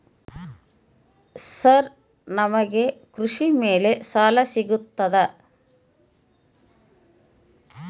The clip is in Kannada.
ಸರ್ ನಮಗೆ ಕೃಷಿ ಮೇಲೆ ಸಾಲ ಸಿಗುತ್ತಾ?